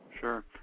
Sure